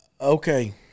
okay